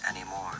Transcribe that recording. anymore